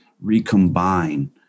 recombine